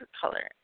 color